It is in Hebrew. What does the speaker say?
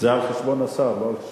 זה על חשבון השר, לא על חשבוני.